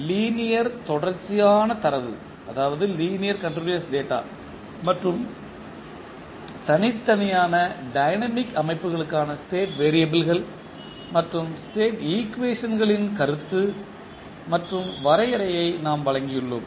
linear தொடர்ச்சியான தரவு மற்றும் தனித்தனியான டைனமிக் அமைப்புகளுக்கான ஸ்டேட் வேறியபிள்கள் மற்றும் ஸ்டேட் ஈக்குவேஷன்ஸ்களின் கருத்து மற்றும் வரையறையை நாம் வழங்கியுள்ளோம்